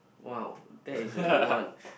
!wow! that is the good one